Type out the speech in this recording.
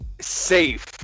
safe